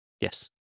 Yes